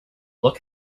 look